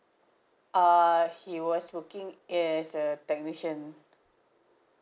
err he was working as a technician